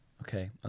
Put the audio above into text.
Okay